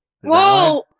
Whoa